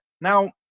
Now